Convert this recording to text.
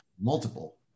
Multiple